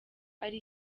ari